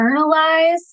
internalize